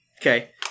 Okay